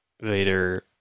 Vader